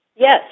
Yes